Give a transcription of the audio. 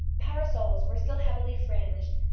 parasols were still heavily fringed,